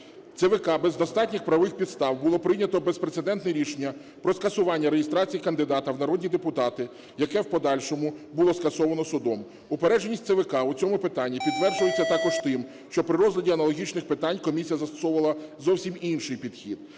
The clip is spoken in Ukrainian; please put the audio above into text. ЦВК без достатніх правових підстав було прийнято безпрецедентне рішення про скасування реєстрації кандидата у народні депутати, яке в подальшому було скасовано судом. Упередженість ЦВК в цьому питанні підтверджується також тим, що при розгляді аналогічних питань комісія застосовувала зовсім інший підхід.